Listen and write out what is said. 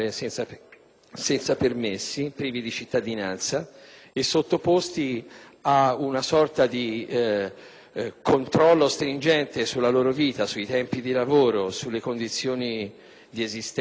senza permessi, privi di cittadinanza e sottoposti a una sorta di controllo stringente sulla loro vita, sui tempi di lavoro, sulle condizioni di esistenza.